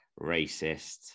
racist